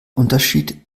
unterschied